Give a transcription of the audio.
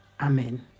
Amen